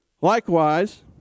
Likewise